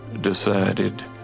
decided